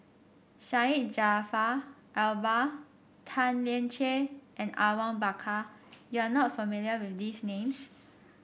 Syed Jaafar Albar Tan Lian Chye and Awang Bakar you are not familiar with these names